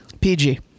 PG